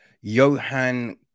Johan